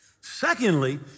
Secondly